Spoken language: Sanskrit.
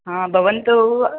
आम् भवन्तु